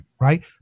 right